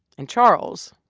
and charles,